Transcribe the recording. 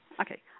Okay